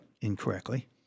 incorrectly